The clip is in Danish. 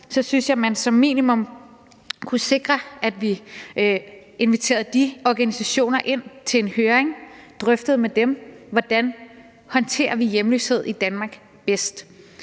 synes jeg, at man som minimum kunne sikre, at vi inviterede de organisationer ind til en høring og drøftede med dem, hvordan vi bedst håndterer hjemløshed i Danmark i